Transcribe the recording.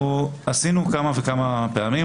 אנחנו עשינו כמה וכמה פעמים,